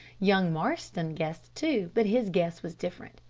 young marston guessed too, but his guess was different.